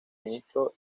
ministro